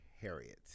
Harriet